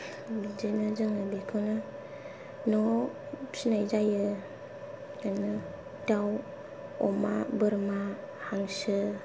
बिदिनो जोङो बेखौनो न'आव फिसिनाय जायो बेनो दाउ अमा बोरमा हांसो